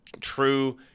true